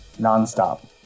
nonstop